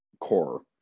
core